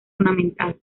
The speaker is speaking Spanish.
ornamental